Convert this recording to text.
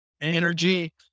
energy